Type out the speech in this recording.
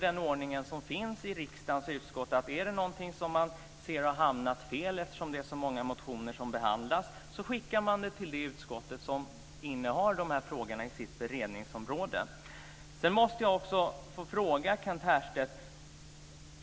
Den ordning som gäller i riksdagens utskott är ju att om det är något som man ser har hamnat fel, eftersom det är så många motioner som behandlas, skickar man det till det utskott som innehar frågan inom sitt beredningsområde. Sedan måste jag också få ställa en fråga till Kent Härstedt.